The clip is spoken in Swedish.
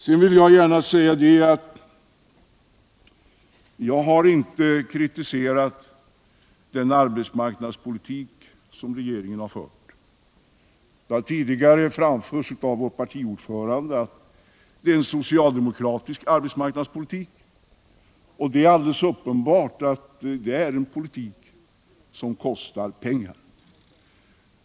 Sedan vill jag gärna säga att jag har inte kritiserat den arbetsmarknadspolitik som regeringen fört. Det har tidigare framhållits av vår partiordförande att det är en socialdemokratisk arbetsmarknadspolitik, och det är alldeles uppenbart att det är en politik som kostar pengar.